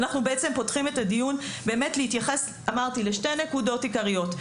אנחנו בעצם פותחים את הדיון באמת להתייחס אמרתי לשתי נקודות עיקריות,